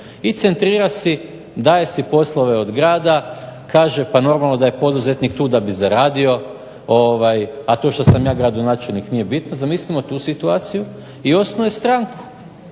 i centrira si, daje si poslove od grada, kaže pa normalno da je poduzetnik tu da bi zaradio, a to što sam ja gradonačelnik nije bitno. Zamislimo tu situaciju, i osnuje stranku